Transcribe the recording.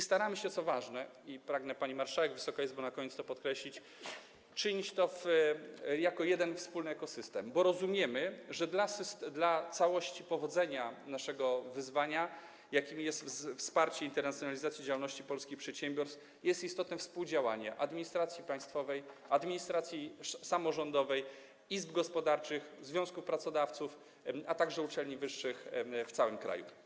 Staramy się, co ważne - i pragnę, pani marszałek, Wysoka Izbo, na koniec to podkreślić - czynić to jako jeden wspólny ekosystem, bo rozumiemy, że dla całości powodzenia naszego wyzwania, jakim jest wsparcie internacjonalizacji działalności polskich przedsiębiorstw, istotne jest współdziałanie administracji państwowej, administracji samorządowej, izb gospodarczych, związków pracodawców, a także uczelni wyższych w całym kraju.